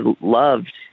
loved